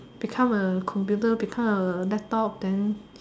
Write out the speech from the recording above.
become a computer become a laptop then